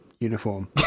uniform